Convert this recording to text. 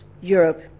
Europe